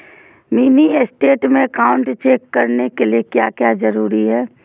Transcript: Mini state में account check करने के लिए क्या क्या जरूरी है?